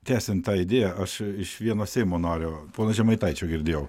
tęsiant tą idėją aš iš vieno seimo nario pono žemaitaičio girdėjau